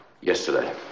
Yesterday